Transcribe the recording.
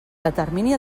determini